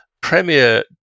Premier